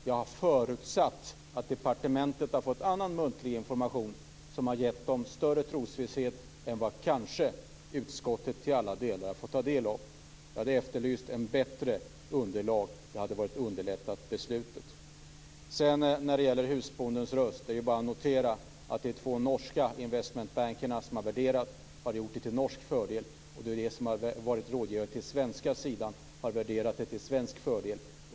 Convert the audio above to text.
Jag har förutsatt att departementet har fått annan muntlig information som har gett större trosvisshet, och denna har kanske inte utskottet fått ta del av i alla delar. Jag efterlyste ett bättre underlag. Det hade underlättat beslutet. Sedan gällde det husbondens röst. Man kan notera att de två investmentbanker som den norska regeringen har anlitat har värderat till norsk fördel. De som har varit rådgivare på den svenska sidan har värderat till svensk fördel.